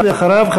ואחריו,